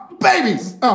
babies